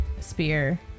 spear